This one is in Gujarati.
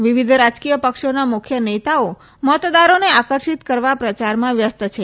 વિવીધ રાજકીય પક્ષોના મુખ્ય નેતાઓ મતદારોને આકર્ષિત કરવા પ્રચારમાં વ્યસ્ત છે